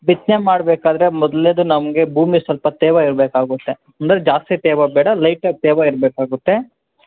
ಬಿತ್ತನೆ ಮಾಡಬೇಕಾದ್ರೆ ಮೊದಲ್ನೇದು ನಮಗೆ ಭೂಮಿ ಸ್ವಲ್ಪ ತೇವ ಇರಬೇಕಾಗುತ್ತೆ ಅಂದರೆ ಜಾಸ್ತಿ ತೇವ ಬೇಡ ಲೈಟಾಗಿ ತೇವ ಇರಬೇಕಾಗುತ್ತೆ